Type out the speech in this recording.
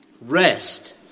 Rest